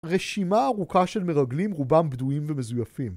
רשימה ארוכה של מרגלים, רובם בדויים ומזויפים